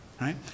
right